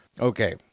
Okay